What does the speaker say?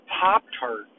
Pop-Tart